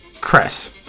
cress